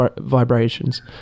vibrations